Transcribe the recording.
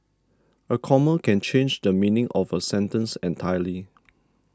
a comma can change the meaning of a sentence entirely